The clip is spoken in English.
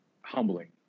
humbling